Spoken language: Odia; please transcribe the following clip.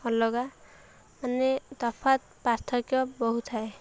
ଅଲଗା ମାନେ ତଫାତ୍ ପାର୍ଥକ୍ୟ ବହୁତ ଥାଏ